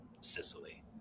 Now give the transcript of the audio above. Sicily